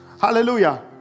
hallelujah